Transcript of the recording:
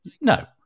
No